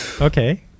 okay